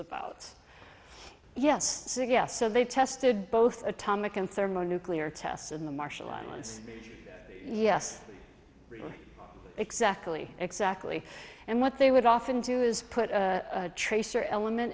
about yes yes so they tested both atomic and thermo nuclear tests in the marshall islands yes exactly exactly and what they would often do is put a tracer element